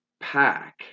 pack